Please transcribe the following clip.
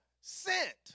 sent